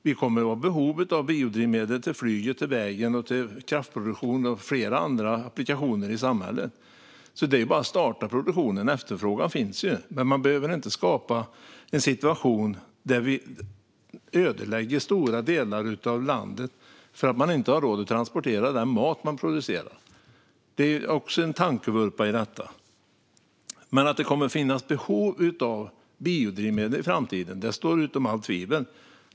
Vi kommer att ha behov av biodrivmedel till flyget, till vägen, till kraftproduktion och till flera andra applikationer i samhället, så det är bara att starta produktionen. Efterfrågan finns ju. Men vi behöver inte skapa en situation där vi ödelägger stora delar av landet för att man inte har råd att transportera den mat man producerar. Det är också en tankevurpa i detta. Men att det kommer att finnas behov av biodrivmedel i framtiden står utom allt tvivel.